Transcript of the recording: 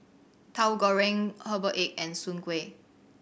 Tahu Goreng herbal egg and Soon Kueh